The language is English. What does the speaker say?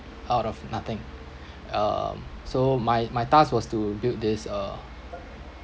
out of nothing um so my my task was to build this uh